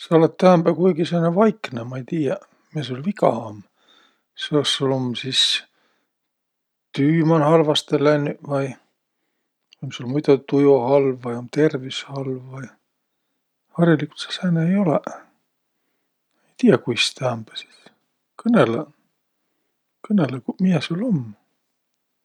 Sa olõt täämbä kuigi sääne vaiknõ. Ma ei tiiäq. Miä sul viga um? Sõs sul om sis tüü man halvastõ lännüq vai um sul muido tujo halv vai um tervüs halv vai? Heriligult sa sääne ei olõq. Ei tiiäq, kuis tä ämbä sis. Kõnõlõq! Kõnõlõq, ku- miä sul um!